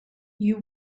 you